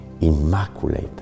Immaculate